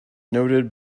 noted